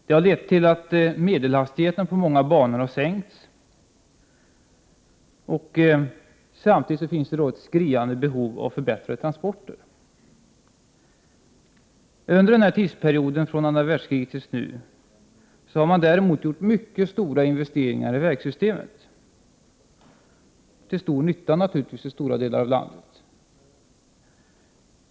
Det har lett till att medelhastigheten på många banor har sänkts, samtidigt som det finns ett skriande behov av förbättrade transporter. Under tidsperioden från andra världskriget till nu har man däremot gjort mycket stora investeringar i vägsystemet — naturligtvis till stor nytta för stora delar av landet.